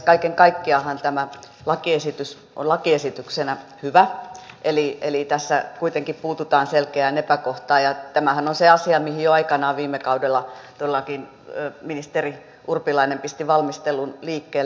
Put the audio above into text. kaiken kaikkiaanhan tämä lakiesitys on lakiesityksenä hyvä eli tässä kuitenkin puututaan selkeään epäkohtaan ja tämähän on se asia mihin jo aikanaan viime kaudella todellakin ministeri urpilainen pisti valmistelun liikkeelle